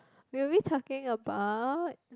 we'll be talking about